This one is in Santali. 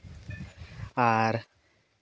ᱟᱨ